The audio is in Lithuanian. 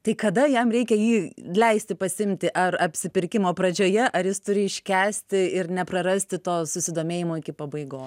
tai kada jam reikia jį leisti pasiimti ar apsipirkimo pradžioje ar jis turi iškęsti ir neprarasti to susidomėjimo iki pabaigo